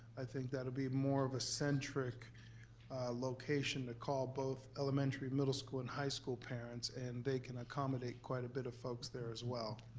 i think that'll be more of a centric location to call both elementary, middle school and high school parents and they can accommodate quite a bit of folks there as well.